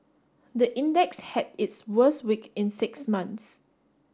the index had its worst week in six months